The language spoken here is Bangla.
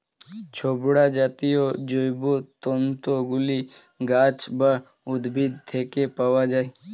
ছোবড়া জাতীয় জৈবতন্তু গুলি গাছ বা উদ্ভিদ থেকে পাওয়া যায়